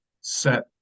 set